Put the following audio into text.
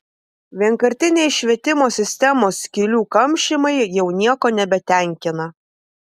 vienkartiniai švietimo sistemos skylių kamšymai jau nieko nebetenkina